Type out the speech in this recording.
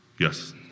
Yes